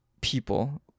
people